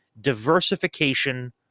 diversification